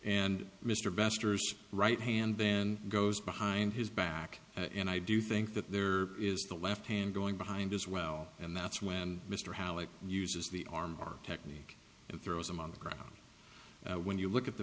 best right hand then goes behind his back and i do think that there is the left hand going behind as well and that's when mr halleck uses the armor technique and throws him on the ground when you look at the